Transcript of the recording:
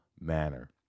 manner